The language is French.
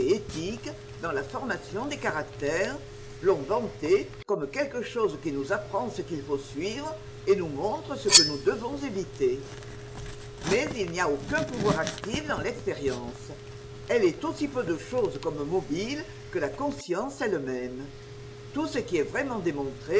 dans la formation des caractères l'ont vantée comme quelque chose qui nous apprend ce qu'il faut suivre et nous montre ce que nous devons éviter mais il n'y a aucun pouvoir actif dans l'expérience elle est aussi peu de chose comme mobile que la conscience elle-même tout ce qui est vraiment démontré